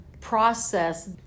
process